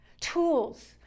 Tools